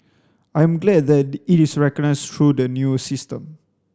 I am glad that it is recognised through the new system